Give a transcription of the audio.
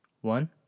One